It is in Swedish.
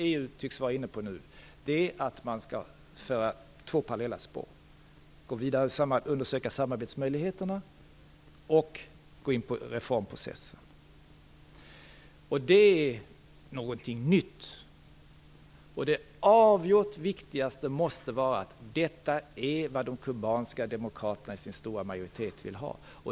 EU tycks nu vara inne på två parallella spår: att gå vidare med att undersöka samarbetsmöjligheterna och att gå in på reformprocessen. Det är någonting nytt. Det avgjort viktigaste måste vara att detta är vad de demokratiska kubanerna, som är i stor majoritet, vill ha.